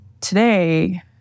today